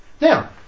Now